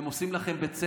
הם עושים לכם בית ספר.